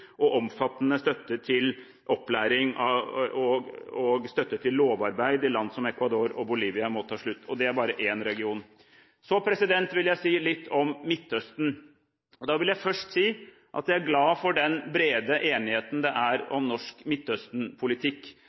og omfattende støtte til opplæring og lovarbeid i land som Ecuador og Bolivia ville ta slutt, og det er bare én region. Så vil jeg si litt om Midtøsten. Først vil jeg si at jeg er glad for den brede enigheten det er om norsk